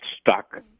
stuck